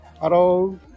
Hello